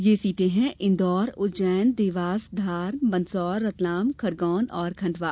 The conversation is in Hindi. यह सीटें है इंदौर उज्जैन देवास धार मंदसौर रतलाम खरगौन और खण्डवा